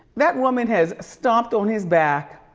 that woman has stomped on his back.